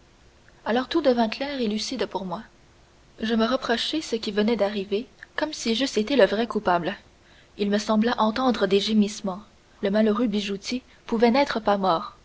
alors tout devint clair et lucide pour moi je me reprochai ce qui venait d'arriver comme si j'eusse été le vrai coupable il me sembla entendre des gémissements le malheureux bijoutier pouvait n'être pas mort